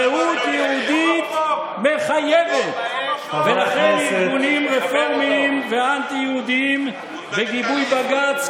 זהות יהודית מחייבת ולכן ארגונים רפורמיים ואנטי-יהודיים בגיבוי בג"ץ,